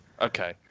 Okay